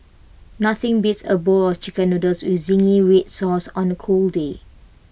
nothing beats A bowl of Chicken Noodles with Zingy Red Sauce on A cold day